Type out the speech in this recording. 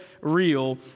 real